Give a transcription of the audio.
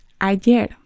ayer